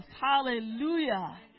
Hallelujah